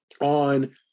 on